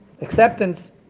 acceptance